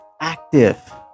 active